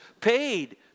paid